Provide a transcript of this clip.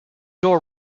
door